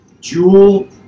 Jewel